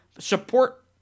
Support